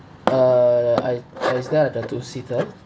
uh I uh is there like a two-seater